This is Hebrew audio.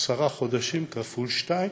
עשרה חודשים כפול שתיים,